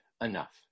enough